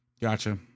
Gotcha